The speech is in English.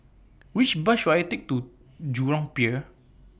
Which Bus should I Take to Jurong Pier